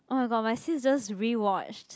oh my god my sis just rewatched